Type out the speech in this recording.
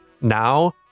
now